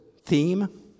theme